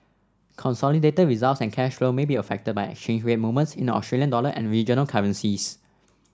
consolidated results and cash flow may be affected by exchange rate movements in the Australian dollar and regional currencies